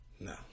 No